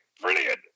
brilliant